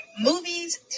Movies